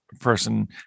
person